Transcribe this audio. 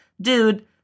dude –